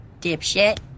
Dipshit